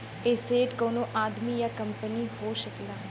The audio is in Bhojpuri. एसेट कउनो आदमी या कंपनी हो सकला